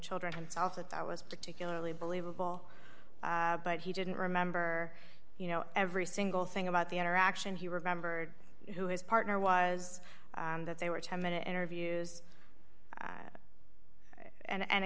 children himself that that was particularly believable but he didn't remember you know every single thing about the interaction he remembered who his partner was that they were ten minute interviews and a